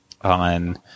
on